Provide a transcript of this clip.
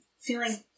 feeling